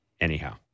Anyhow